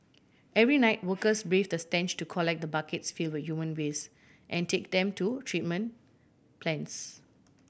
every night workers braved the stench to collect the buckets fill with human waste and take them to treatment plants